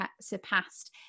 surpassed